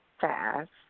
fast